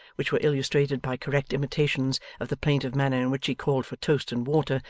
which were illustrated by correct imitations of the plaintive manner in which he called for toast and water,